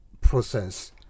process